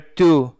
two